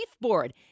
Board